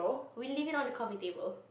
we leave it on the coffee table